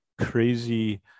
crazy